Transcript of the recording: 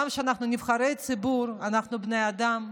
גם כשאנחנו נבחרי ציבור אנחנו בני אדם,